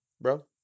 bro